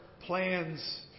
plans